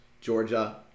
Georgia